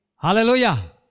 Hallelujah